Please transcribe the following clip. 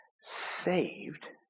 saved